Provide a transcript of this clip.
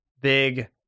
big